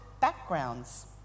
backgrounds